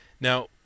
now